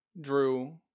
drew